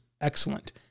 excellent